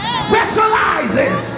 specializes